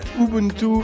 Ubuntu